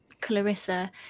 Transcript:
Clarissa